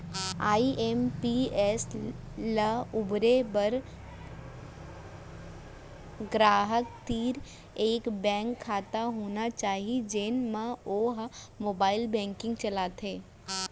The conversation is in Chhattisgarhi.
आई.एम.पी.एस ल बउरे बर गराहक तीर एक बेंक खाता होना चाही जेन म वो ह मोबाइल बेंकिंग चलाथे